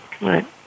right